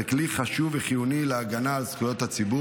זהו כלי חשוב וחיוני להגנה על זכויות הציבור.